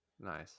Nice